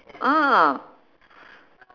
ah